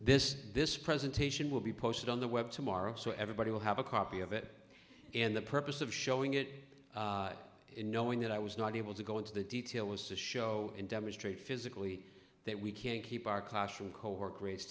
this this presentation will be posted on the web tomorrow so everybody will have a copy of it and the purpose of showing it in knowing that i was not able to go into the detail was to show and demonstrate physically that we can keep our classroom co